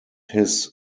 his